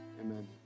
Amen